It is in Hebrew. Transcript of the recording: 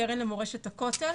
בקרן למורשת הכותל.